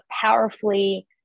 powerfully